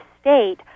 state